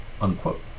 unquote